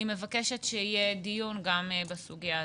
אני מבקשת שיהיה דיון גם בסוגיה הזאת.